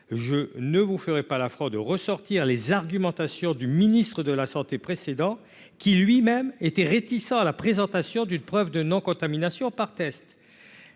je ne vous ferai pas la fraude ressortir les argumentations du ministre de la Santé précédent qui lui-même étaient réticents à la présentation d'une preuve de non-contamination par test,